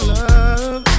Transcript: love